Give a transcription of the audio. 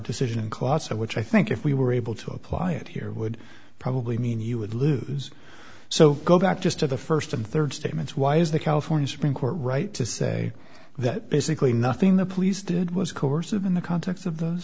decision clause which i think if we were able to apply it here would probably mean you would lose so go back just to the first and third statements why is the california supreme court right to say that basically nothing the police did was coercive in the co